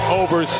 over